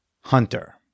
Hunter